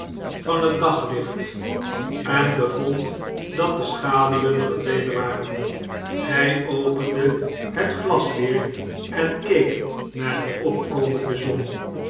van het dachlicht en bevond dat de schaduwen verdwenen waren hy opende het glas weer en keek naar de opkomende zon